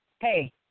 hey